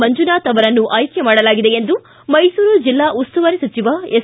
ಮಂಜುನಾಥ್ ಅವರನ್ನು ಆಯ್ಕೆ ಮಾಡಲಾಗಿದೆ ಎಂದು ಮೈಸೂರು ಜಿಲ್ಲಾ ಉಸ್ತುವಾರಿ ಸಚಿವ ಎಸ್